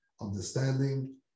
understanding